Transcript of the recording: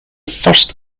first